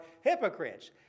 hypocrites